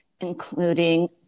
including